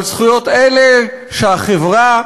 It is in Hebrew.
על זכויות אלה שהחברה,